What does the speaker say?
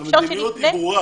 המדיניות היא ברורה.